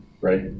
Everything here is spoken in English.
right